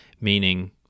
meaning